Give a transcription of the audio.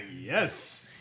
Yes